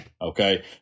Okay